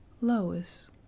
Lois